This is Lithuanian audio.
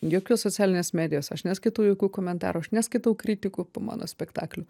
jokių socialinės medijos aš neskaitau jokių komentarų aš neskaitau kritikų po mano spektakliu